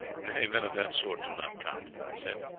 nay, men of that sort do not count, guy said.